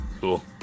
Cool